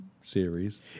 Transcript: series